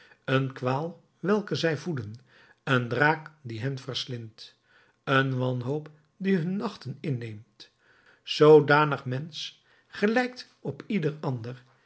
een kwaal welke zij voeden een draak die hen verslindt een wanhoop die hun nachten inneemt zoodanig mensch gelijkt op ieder ander